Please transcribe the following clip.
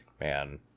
man